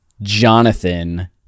Jonathan